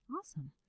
Awesome